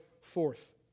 forth